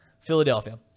Philadelphia